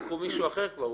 כבר לקחו מישהו אחר,